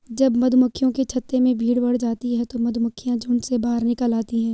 जब मधुमक्खियों के छत्ते में भीड़ बढ़ जाती है तो मधुमक्खियां झुंड में बाहर निकल आती हैं